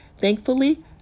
Thankfully